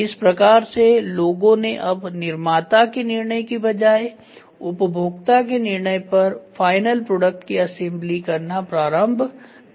इस प्रकार से लोगों ने अब निर्माता के निर्णय की बजाए उपभोक्ता के निर्णय पर फाइनल प्रोडक्ट की असेंबली करना प्रारंभ कर दिया है